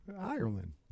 Ireland